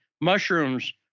mushrooms